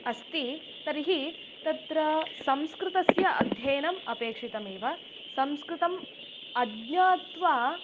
अस्ति तर्हि तत्र संस्कृतस्य अध्ययनम् अपेक्षितमेव संस्कृतम् अज्ञात्वा